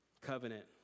covenant